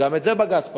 גם את זה בג"ץ פסל.